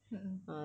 mmhmm